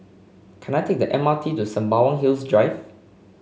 can I take the M R T to Sembawang Hills Drive